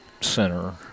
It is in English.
center